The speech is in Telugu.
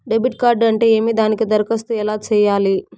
డెబిట్ కార్డు అంటే ఏమి దానికి దరఖాస్తు ఎలా సేయాలి